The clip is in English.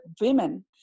women